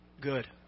good